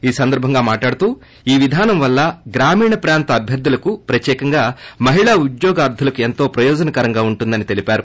ఈ సందర్భంగా మాట్లాడుతూ ఈ విధానం వల్ల గ్రామీణ ప్రాంత అభ్యర్గులకు ప్రత్యేకంగా మహిళా ఉద్యోగార్లులకు ఎంతో ప్రయోజనకరంగా ఉంటుందని తెలిపారు